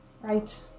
Right